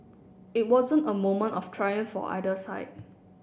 it wasn't a moment of triumph for either side